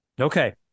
Okay